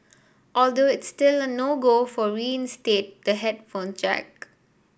although it's still a no go to reinstate the headphone jack